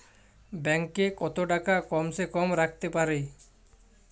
Bank এ কত টাকা কম সে কম রাখতে পারি?